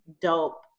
dope